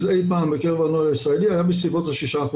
אי פעם בקרב הנוער הישראלי היה בסביבות ה-6%,